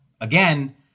again